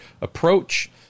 approach